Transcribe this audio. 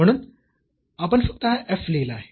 म्हणून आपण फक्त हा f लिहला आहे